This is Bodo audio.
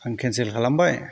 आं केन्सेल खालामबाय